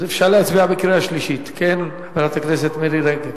אפשר להצביע בקריאה שלישית, חברת הכנסת מירי רגב?